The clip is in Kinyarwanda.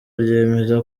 ryemeza